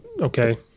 okay